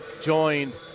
joined